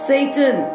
Satan